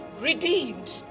redeemed